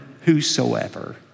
whosoever